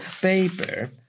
paper